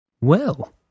Well